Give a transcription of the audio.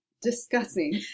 discussing